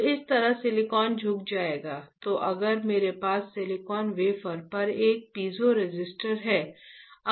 तो इस तरह सिलिकॉन झुक जाएगा तो अगर मेरे पास सिलिकॉन वेफर पर एक पीज़ोरेसिस्टर है